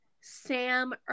Sam